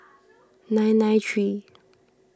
nine nine three